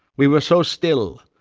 we were so still,